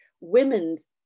women's